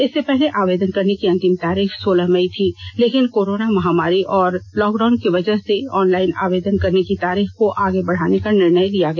इससे पहले आवेदन करने की अंतिम तिथि सोलह मई थी लेकिन कोरोना महामारी और लॉकडाउन की वजह से ऑनलाइन आवेदन करने की तारीख को आगे बढ़ाने का निर्णय लिया गया